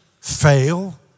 fail